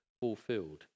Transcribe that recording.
fulfilled